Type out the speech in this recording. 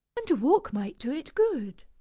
and a walk might do it good.